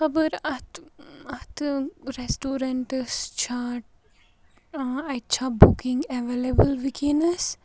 خَبر اَتھ اَتھ ریسٹورینٛٹَس چھَا اَتہِ چھَا بُکِنٛگ ایویلیبٕل وٕنکینَس